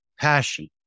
passion